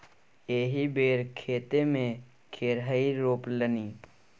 एहि बेर खेते मे खेरही रोपलनि